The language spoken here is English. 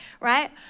right